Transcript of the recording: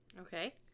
Okay